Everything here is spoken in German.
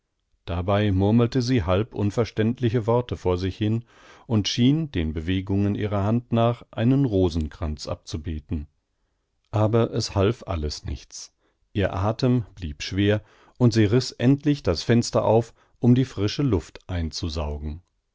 dabei murmelte sie halb unverständliche worte vor sich hin und schien den bewegungen ihrer hand nach einen rosenkranz abzubeten aber es half alles nichts ihr athem blieb schwer und sie riß endlich das fenster auf um die frische luft einzusaugen